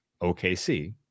OKC